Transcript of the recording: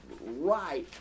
right